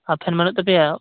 ᱟᱨ ᱯᱷᱮᱱ ᱵᱟᱹᱱᱩᱜ ᱛᱟᱯᱮᱭᱟ